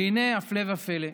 והינה, הפלא ופלא,